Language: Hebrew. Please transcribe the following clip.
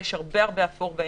יש הרבה אפור באמצע,